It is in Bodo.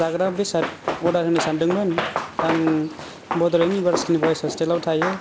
जाग्रा बेसाद अर्डार होनो सानदोंमोन आं बड'लेण्ड इउनिभारसिटिनि बयस हस्टेलाव थायो